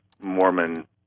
Mormon